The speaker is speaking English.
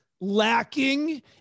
lacking